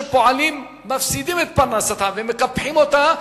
שפועלים מפסידים את פרנסתם ומקפחים אותה,